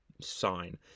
sign